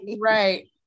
right